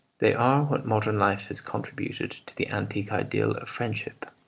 they are what modern life has contributed to the antique ideal of friendship.